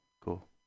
Cool